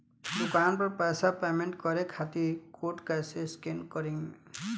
दूकान पर पैसा पेमेंट करे खातिर कोड कैसे स्कैन करेम?